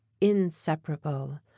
inseparable